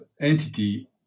entity